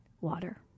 water